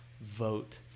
vote